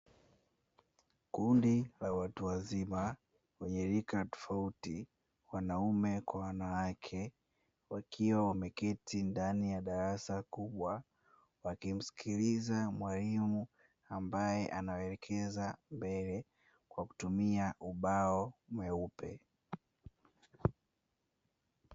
Kundi la watu wazima wenye rika tofauti, wanaume kwa wanawake, wakiwa wameketi ndani ya darasa kubwa, wakimsikiliza mwalimu ambaye anawaelekeza mbele kwa kutumia ubao mweupe.